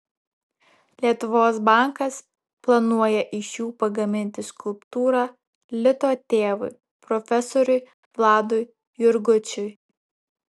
lietuvos bankas planuoja iš jų pagaminti skulptūrą lito tėvui profesoriui vladui jurgučiui